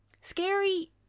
Scary